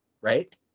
right